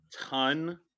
ton